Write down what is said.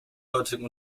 heutigen